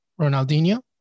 Ronaldinho